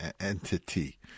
entity